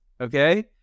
okay